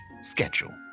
schedule